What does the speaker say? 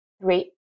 Three